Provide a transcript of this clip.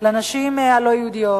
לנשים הלא-יהודיות,